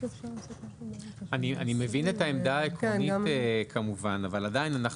כמובן אני מבין את העמדה העקרונית אבל עדיין אנחנו